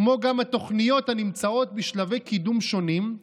כמו גם התוכניות הנמצאות בשלבי קידום שונים,